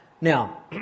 Now